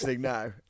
now